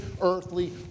earthly